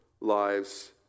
lives